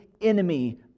enemy